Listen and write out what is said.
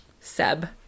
Seb